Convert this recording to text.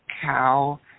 cow